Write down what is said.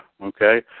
Okay